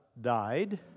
died